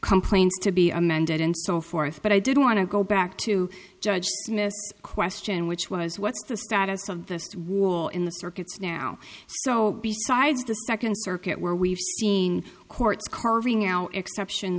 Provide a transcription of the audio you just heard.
complaints to be amended and so forth but i did want to go back to judge dismissed question which was what's the status of this wall in the circuits now so besides the second circuit where we've seen courts carving out exceptions